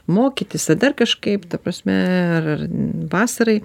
mokytis dar kažkaip ta prasme ir vasarai